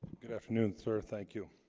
good afternoon sir, thank you